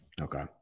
Okay